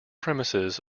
premises